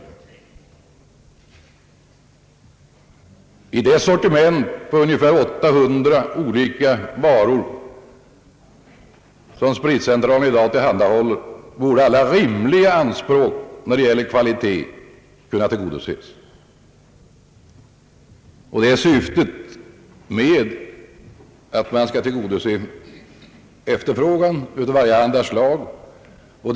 Genom det sortiment på ungefär 800 olika varor, som Vinoch spritcentralen i dag tillhandahåller, borde alla rimliga anspråk på kvalitet kunna tillgodoses, och syftet är att efterfrågan på varjehanda slag av vinoch spritdrycker skall kunna tillgodoses.